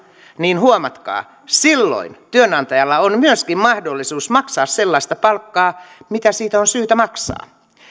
niin huomatkaa silloin työnantajalla on myöskin mahdollisuus maksaa sellaista palkkaa mitä siitä on syytä maksaa